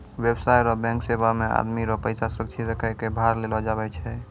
व्यवसाय रो बैंक सेवा मे आदमी रो पैसा सुरक्षित रखै कै भार लेलो जावै छै